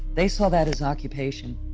they saw that as occupation.